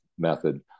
method